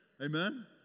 amen